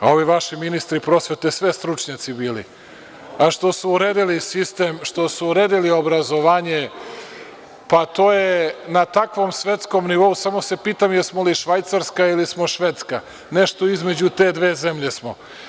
A ovi vaši ministri prosvete sve stručnjaci bili, a što su uredili sistem, što su uredili obrazovanje, pa to je na takvom svetskom nivou samo se pitam jesmo li Švajcarska ili smo Švedska, nešto između te dve zemlje smo.